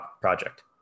project